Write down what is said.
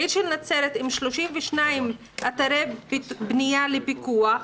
עיר עם 32 אתרי בנייה לפיקוח,